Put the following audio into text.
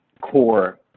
core